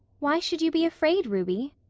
why should you be afraid, ruby?